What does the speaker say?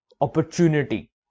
opportunity